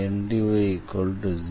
df MdxNdy 0